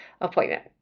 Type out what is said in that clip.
appointment